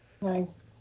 Nice